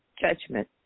judgment